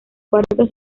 cuarto